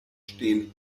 stehen